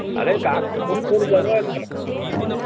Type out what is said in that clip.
ଆରେ କାହାକୁ ଦେବ ଏଥର